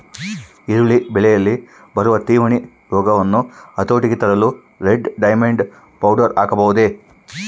ಈರುಳ್ಳಿ ಬೆಳೆಯಲ್ಲಿ ಬರುವ ತಿರಣಿ ರೋಗವನ್ನು ಹತೋಟಿಗೆ ತರಲು ರೆಡ್ ಡೈಮಂಡ್ ಪೌಡರ್ ಹಾಕಬಹುದೇ?